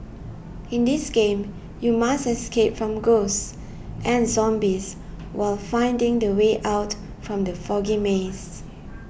in this game you must escape from ghosts and zombies while finding the way out from the foggy maze